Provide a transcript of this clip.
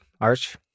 Arch